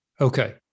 Okay